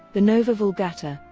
the nova vulgata,